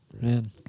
man